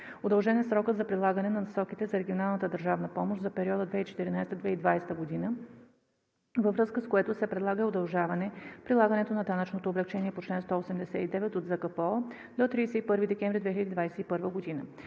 Удължен е срокът за прилагане на Насоките за регионалната държавна помощ за периода 2014 – 2020 г., във връзка с което се предлага и удължаване прилагането на данъчното облекчение по чл. 189 от ЗКПО до 31 декември 2021 г.